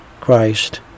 Christ